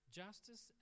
justice